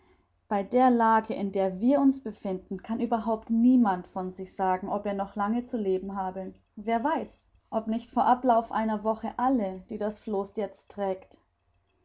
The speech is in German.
bei der lage in der wir uns befinden kann überhaupt niemand von sich sagen ob er noch lange zu leben habe wer weiß ob nicht vor ablauf einer woche alle die das floß jetzt trägt